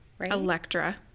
Electra